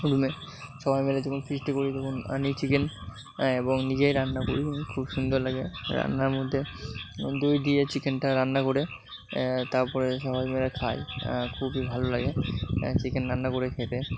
রুমে সবাই মিলে যখন ফিস্ট করি তখন আনি চিকেন এবং নিজেই রান্না করি এবং খুব সুন্দর লাগে রান্নার মধ্যে দই দিয়ে চিকেনটা রান্না করে তারপরে সবাই মিলে খাই খুবই ভালো লাগে চিকেন রান্না করে খেতে